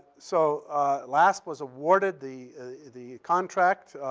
so lasp was awarded the the contract